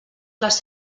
les